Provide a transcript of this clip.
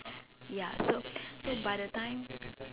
ya so by the time